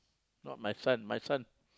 not my son my son